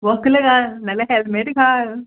वक्ल घाल नाल्यार हॅलमॅट घाल